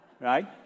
right